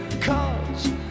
Cause